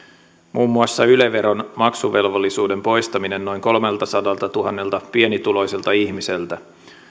muun muassa yle veron maksuvelvollisuuden poistaminen noin kolmeltasadaltatuhannelta pienituloiselta ihmiseltä